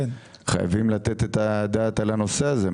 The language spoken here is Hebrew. חייבים לתת את הדעת על הנושא הזה.